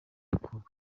mukobwa